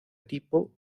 tipo